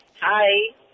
Hi